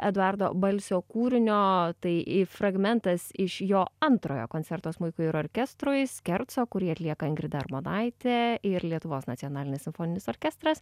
eduardo balsio kūrinio tai fragmentas iš jo antrojo koncerto smuikui ir orkestrui skerco kurį atlieka ingrida armonaitė ir lietuvos nacionalinis simfoninis orkestras